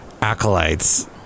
acolytes